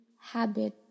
habit